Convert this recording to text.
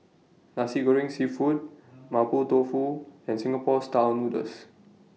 Nasi Goreng Seafood Mapo Tofu and Singapore Style Noodles